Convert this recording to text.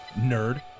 Nerd